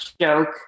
joke